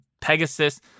Pegasus